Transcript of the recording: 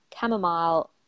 chamomile